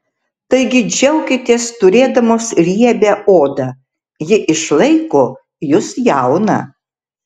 taigi džiaukitės turėdamos riebią odą ji išlaiko jus jauną